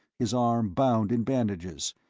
his arm bound in bandages,